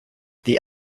the